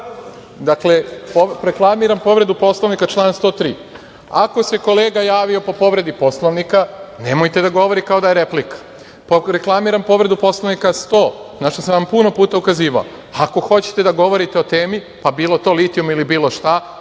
radimo? Reklamiram povredu Poslovnika, član 103. Ako se kolega javio po povredi Poslovnika, nemojte da govori kao da je replika. Reklamiram povredu Poslovnika, član 100, na šta sam vam puno puta ukazivao. Ako hoćete da govorite o temi, pa bilo to litijum ili bilo šta,